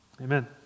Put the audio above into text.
Amen